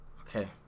Okay